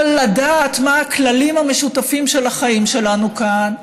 לדעת מה הכללים המשותפים של החיים שלנו כאן,